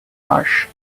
marsh